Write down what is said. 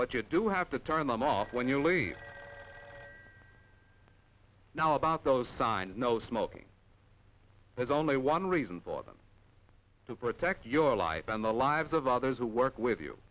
but you do have to turn them off when you leave now about those signs no smoking there's only one reason for them to protect your life and the lives of others who work with you